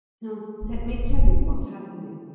now, let me tell you what's happening.